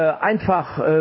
einfach